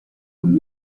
und